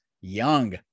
young